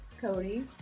Cody